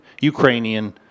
Ukrainian